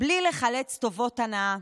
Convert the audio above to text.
בלי לחלץ טובות הנאה.